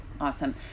Awesome